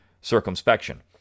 circumspection